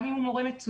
גם אם הוא מורה מצוין,